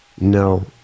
No